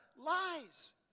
lies